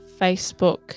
Facebook